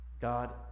God